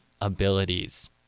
abilities